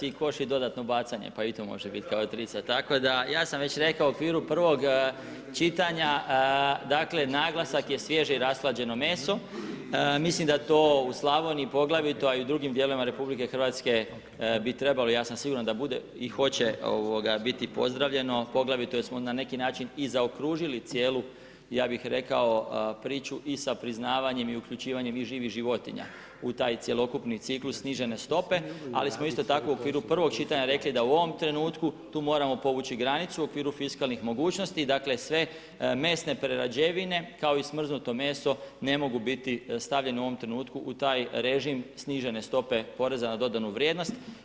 Ima u košarci koš i dodatno bacanje, pa i to može biti kao trica, tako da ja sam već rekao u okviru prvog čitanja, dakle naglasak je svježe i rashlađeno meso, mislim da to u Slavoniji poglavito a i u drugim dijelovima RH bi trebalo, ja sam siguran da bude i hoće biti pozdravljeno, poglavito jer smo na neki način i zaokružili cijelu ja bih rekao priču i sa priznavanje i uključivanjem i živih životinja u taj cjelokupni ciklus snižene stope, ali smo isto tako u okviru prvog čitanja rekli da u ovom trenutku tu moramo povući granicu u okviru fiskalnih mogućnosti, dale sve mesne prerađevine kao i smrznuto meso ne mogu biti stavljene u ovom trenutku u taj režim snižene stope poreza na dodanu vrijednost.